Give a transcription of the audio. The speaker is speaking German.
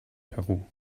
peru